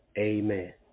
amen